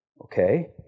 Okay